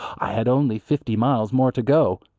i had only fifty miles more to go.